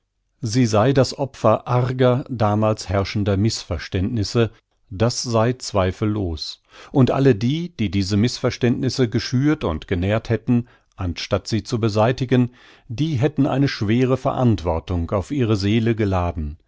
sie sei das opfer arger damals herrschender mißverständnisse das sei zweifellos und alle die die diese mißverständnisse geschürt und genährt hätten anstatt sie zu beseitigen die hätten eine schwere verantwortung auf ihre seele geladen